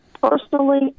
personally